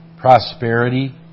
prosperity